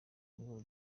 ngo